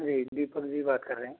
हाँ जी दीपक जी बात कर रहे हैं